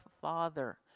father